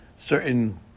Certain